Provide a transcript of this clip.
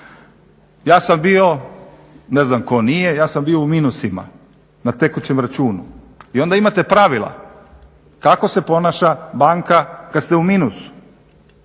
Ja sam bio ne znam tko nije, ja sam bio u minusima na tekućem računu i onda imate pravila kako se ponaša banka kad ste u minusu,